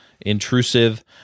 intrusive